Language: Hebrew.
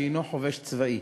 שהוא חובש צבאי.